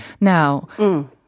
now